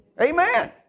Amen